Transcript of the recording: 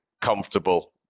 comfortable